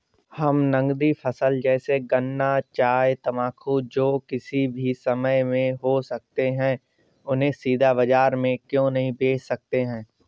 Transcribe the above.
हम नगदी फसल जैसे गन्ना चाय तंबाकू जो किसी भी समय में हो सकते हैं उन्हें सीधा बाजार में क्यो नहीं बेच सकते हैं?